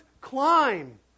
climb